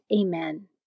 Amen